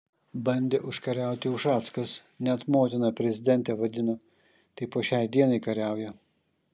bandė užkariauti ušackas net motina prezidentę vadino tai po šiai dienai kariauja